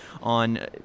on